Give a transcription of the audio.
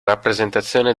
rappresentazione